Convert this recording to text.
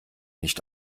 nicht